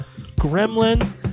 Gremlins